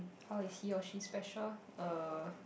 how is he or she special uh